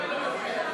של קבוצת סיעת